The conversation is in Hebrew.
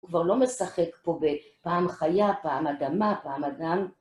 הוא כבר לא משחק פה בפעם חיה, פעם אדמה, פעם אדם.